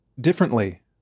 differently